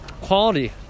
quality